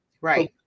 Right